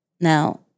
Now